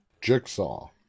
Jigsaw